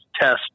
test